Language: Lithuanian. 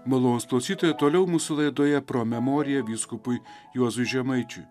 malonūs klausytojai toliau mūsų laidoje pro memorija vyskupui juozui žemaičiui